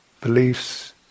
beliefs